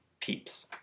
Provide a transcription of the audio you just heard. peeps